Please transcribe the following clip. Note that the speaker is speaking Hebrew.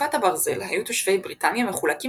בתקופת הברזל היו תושבי בריטניה מחולקים